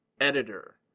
editor